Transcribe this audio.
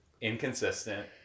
inconsistent